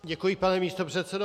Děkuji, pane místopředsedo.